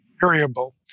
variable